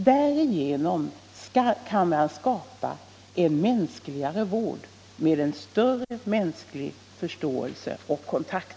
Därigenom kan man skapa en mänskligare vård med större mänsklig förståelse och kontakt.